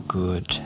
good